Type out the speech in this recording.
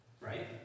Right